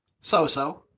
So-so